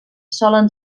solen